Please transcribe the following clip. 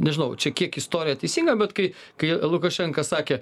nežinau čia kiek istorija teisinga bet kai kai lukašenka sakė